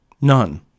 None